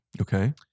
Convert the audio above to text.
Okay